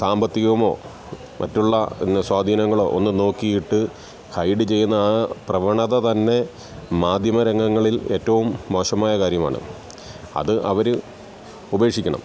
സാമ്പത്തികമോ മറ്റുള്ള സ്വാധീനങ്ങളോ ഒന്നും നോക്കിയിട്ട് ഹൈഡ് ചെയ്യുന്ന ആ പ്രവണത തന്നെ മാധ്യമരംഗങ്ങളിൽ ഏറ്റവും മോശമായ കാര്യമാണ് അത് അവർ ഉപേക്ഷിക്കണം